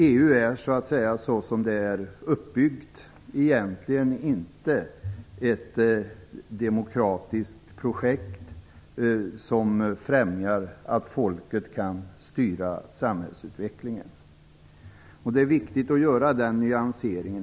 EU är, som det är uppbyggt, egentligen inte ett demokratiskt projekt som främjar att folket kan styra samhällsutvecklingen. Det är viktigt att göra den nyanseringen.